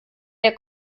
der